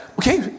okay